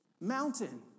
mountain